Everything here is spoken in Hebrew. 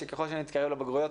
שככל שנתקרב לבגרויות,